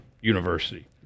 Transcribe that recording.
university